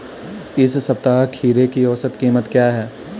इस सप्ताह खीरे की औसत कीमत क्या है?